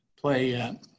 play